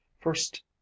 first